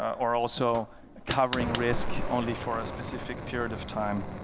or also covering risk only for a specific period of time